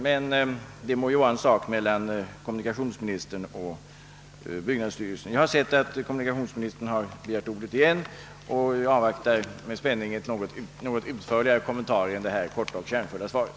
Men det må vara en sak mellan kommunikationsministern och byggnadsstyrelsen. Jag har sett att kommunikationsministern åter har begärt ordet, och jag avvaktar nu med viss spänning en något utförligare kommentar än det korta och kärnfulla svaret.